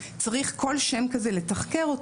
צריך כל שם כזה לתחקר.